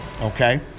Okay